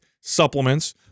supplements